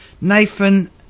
Nathan